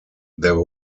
there